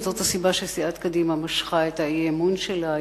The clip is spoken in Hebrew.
זאת הסיבה שסיעת קדימה משכה את האי-אמון שלה היום,